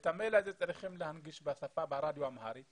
את המייל הזה צריך להנגיש בשפה וברדיו באמהרית.